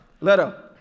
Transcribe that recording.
Leto